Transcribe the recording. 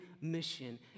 mission